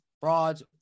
frauds